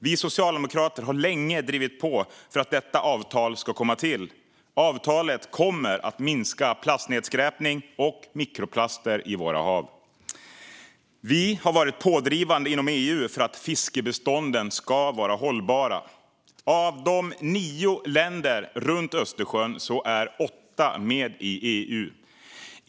Vi socialdemokrater har länge drivit på för att detta avtal ska komma till. Avtalet kommer att minska plastnedskräpningen och mikroplasterna i våra hav. Vi har varit pådrivande inom EU för att fiskbestånden ska vara hållbara. Av de nio länderna runt Östersjön är åtta med i EU.